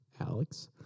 Alex